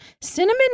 Cinnamon